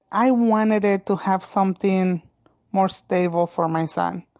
i wanted ah to have something more stable for my son.